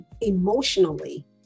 emotionally